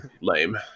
lame